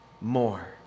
more